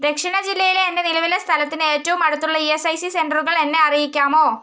ദക്ഷിണ ജില്ലയിലെ എൻ്റെ നിലവിലെ സ്ഥലത്തിന് ഏറ്റവും അടുത്തുള്ള ഇ എസ് ഐ സി സെൻ്ററുകൾ എന്നെ അറിയിക്കാമോ